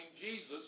Jesus